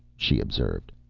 she observed.